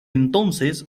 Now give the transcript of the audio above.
entonces